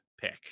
pick